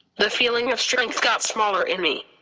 the feeling of strength got smaller in me.